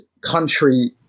country